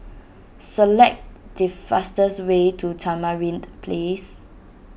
select the fastest way to Tamarind Place